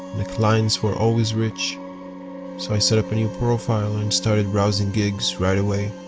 the clients were always rich. so i set up a new profile and started browsing gigs right away.